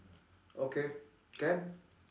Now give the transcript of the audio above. okay can